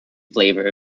flavour